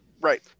Right